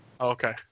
Okay